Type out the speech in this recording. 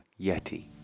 Yeti